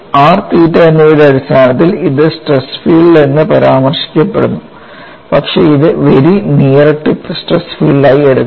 R തീറ്റ എന്നിവയുടെ അടിസ്ഥാനത്തിൽ ഇത് സ്ട്രെസ് ഫീൽഡ് എന്ന് പരാമർശിക്കപ്പെടുന്നു പക്ഷേ ഇത് വെരി നിയർ ടിപ്പ് സ്ട്രെസ് ഫീൽഡായി എടുക്കുക